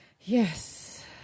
Yes